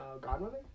Godmother